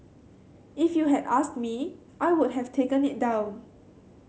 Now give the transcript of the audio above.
if you had asked me I would have taken it down